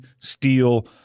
Steel